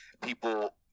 people